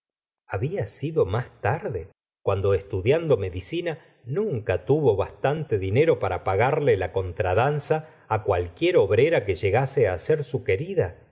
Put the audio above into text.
había sido mas tarde cuando estudiando medicina nunca tuvo bastante dinero para pagarle la contradanza cualquier obrera que llegase á ser su querida